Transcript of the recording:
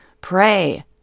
Pray